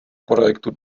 projektu